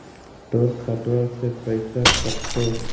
तोर खतबा से पैसा कटतो?